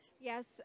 Yes